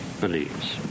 believes